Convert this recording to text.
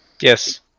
Yes